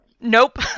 Nope